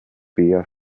bär